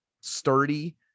sturdy